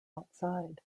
outside